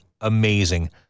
amazing